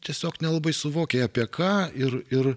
tiesiog nelabai suvoki apie ką ir ir